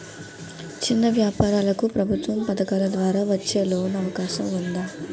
చిన్న వ్యాపారాలకు ప్రభుత్వం పథకాల ద్వారా వచ్చే లోన్ అవకాశం ఉందా?